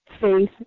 faith